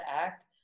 act